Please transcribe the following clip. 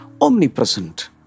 omnipresent